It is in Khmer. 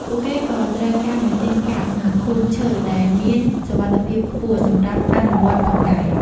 ពួកគេក៏ត្រូវការម៉ាស៊ីនកាត់និងខួងឈើដែលមានសុវត្ថិភាពខ្ពស់សម្រាប់អនុវត្តផងដែរ។